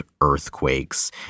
earthquakes